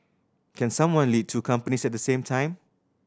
can someone lead two companies at the same time